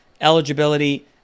Eligibility